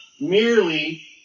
merely